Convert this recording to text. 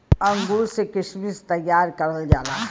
अंगूर से किशमिश तइयार करल जाला